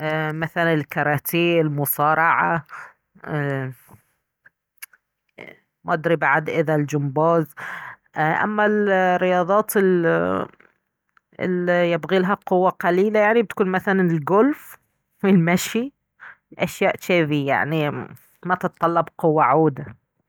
ايه مثلا الكاراتيه المصارعة ايه... ماادري بعد إذا الجمباز اما الرياضات ال الي يبغيلها قوة قليلة يعني بتكون مثلا القولف والمشي اشياء جذي يعني ما تتطلب قوة عودة